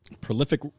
Prolific